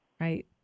Right